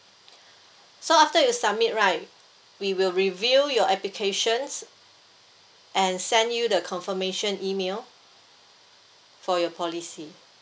so after you submit right we will review your applications and send you the confirmation email for your policy